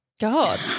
God